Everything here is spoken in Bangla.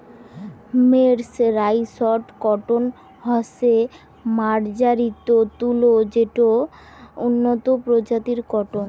মের্সরাইসড কটন হসে মার্জারিত তুলো যেটো উন্নত প্রজাতির কটন